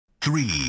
Three